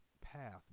path